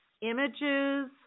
images